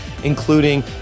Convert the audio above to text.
including